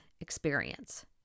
experience